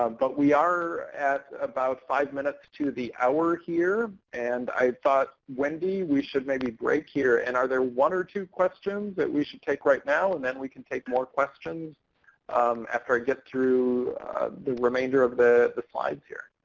um but we are at about five minutes to the hour here, and i thought, wendy, we should maybe break here, and are there one or two questions that we should take right now, and then we can take more questions after i get through the remainder of the the slides here.